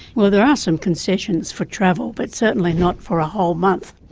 well there are some concessions for travel but certainly not for a whole month.